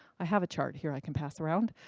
i have a chart here i can pass around.